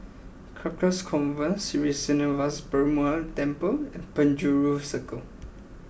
Carcasa Convent Sri Srinivasa Perumal Temple and Penjuru Circle